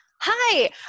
Hi